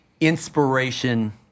inspiration